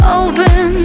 open